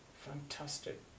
Fantastic